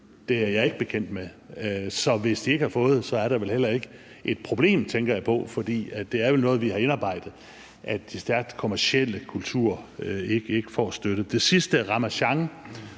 Det er jeg ikke bekendt med. Så hvis de ikke har fået, er der vel heller ikke et problem, tænker jeg, for det er jo noget, vi har indarbejdet, at den stærkt kommercielle kultur ikke får støtte. Til det sidste om